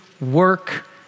work